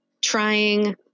trying